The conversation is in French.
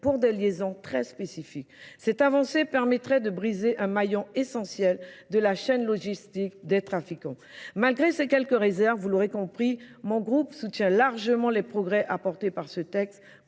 pour des liaisons très spécifiques. Cette avancée permettrait de briser un maillon essentiel de la chaîne logistique des trafiquants. Malgré ces quelques réserves, vous l'aurez compris, mon groupe soutient largement les progrès apportés par ce texte